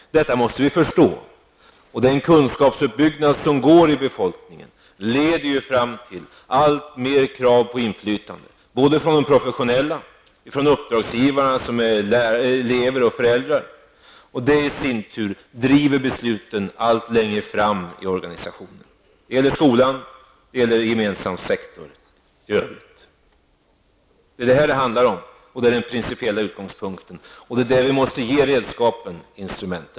Detta måste vi förstå. Den kunskapsuppbyggnad som finns i befolkningen leder fram till ökade krav på inflytande -- både från professionella och uppdragsgivare, lärare och föräldrar. Detta i sin tur driver besluten allt längre fram i organisationen. Det gäller såväl skolan som den gemensamma sektorn i övrigt. Det är den principiella utgångspunkten och det är detta det ytterst handlar om.